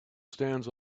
stands